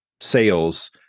sales